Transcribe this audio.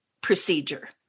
procedure